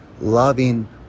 loving